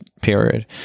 period